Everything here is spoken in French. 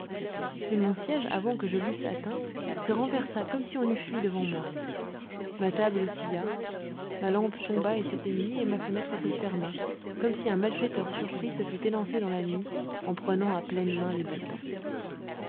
mais mon siège avant que je l'eusse atteint se renversa comme si on eût fui devant moi ma table oscilla ma lampe tomba et s'éteignit et ma fenêtre se ferma comme si un malfaiteur surpris se fût élancé dans la nuit en prenant à pleines mains les battants